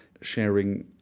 sharing